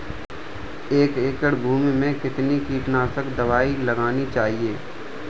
एक एकड़ भूमि में कितनी कीटनाशक दबाई लगानी चाहिए?